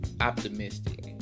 optimistic